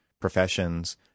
professions